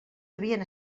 havien